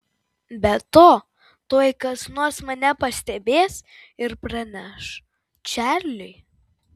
be to tuoj kas nors mane pastebės ir praneš čarliui